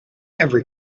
every